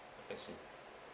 I see